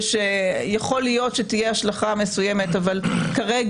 ושיכול להיות שתהיה להם השלכה מסוימת כרגע.